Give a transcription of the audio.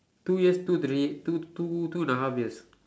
two years two three two two two and a half years